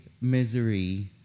misery